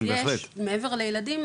מעבר לילדים,